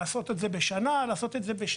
אפשר לעשות את זה בשנה ואפשר בשנתיים,